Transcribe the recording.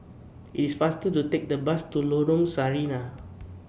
IS faster to Take The Bus to Lorong Sarina